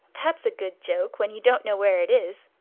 that's a good joke, when you don't know where it is.